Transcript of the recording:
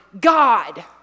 god